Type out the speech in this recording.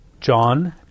John